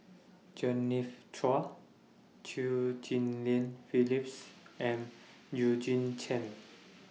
Jenny's Chua Chew Ghim Lian Phyllis and Eugene Chen